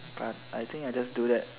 but I think I just do that